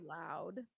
loud